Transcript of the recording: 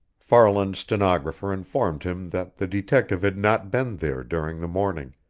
farland's stenographer informed him that the detective had not been there during the morning,